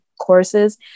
courses